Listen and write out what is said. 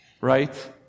Right